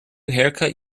haircut